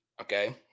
okay